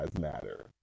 matter